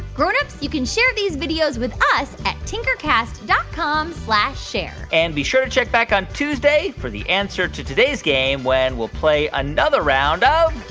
grown-ups, you can share these videos with us at tinkercast dot com share and be sure to check back on tuesday for the answer to today's game, when we'll play another round of.